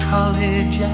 College